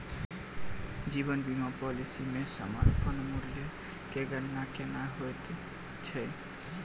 जीवन बीमा पॉलिसी मे समर्पण मूल्यक गणना केना होइत छैक?